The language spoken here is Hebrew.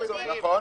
גיא,